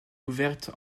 ouvertes